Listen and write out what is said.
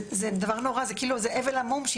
זה אבל עמום.